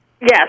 Yes